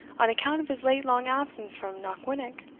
on account of his late long absence from knockwinnock,